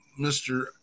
Mr